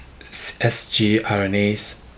sgRNAs